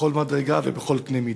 בכל מדרגה ובכל קנה מידה.